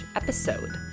episode